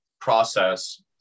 process